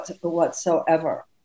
whatsoever